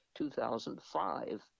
2005